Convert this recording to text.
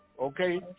okay